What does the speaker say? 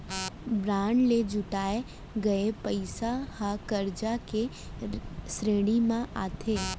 bond ले जुटाए गये पइसा ह करजा के श्रेणी म आथे